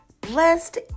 Blessed